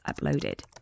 uploaded